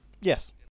Yes